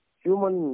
human